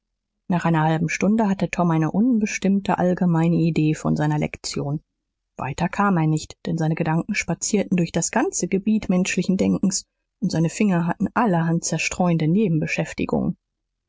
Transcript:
nach einer halben stunde hatte tom eine unbestimmte allgemeine idee von seiner lektion weiter kam er nicht denn seine gedanken spazierten durch das ganze gebiet menschlichen denkens und seine finger hatten allerhand zerstreuende nebenbeschäftigungen